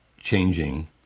changing